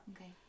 Okay